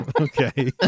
Okay